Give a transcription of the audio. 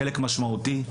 חלק משמעותי.